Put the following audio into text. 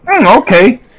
okay